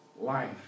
life